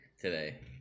today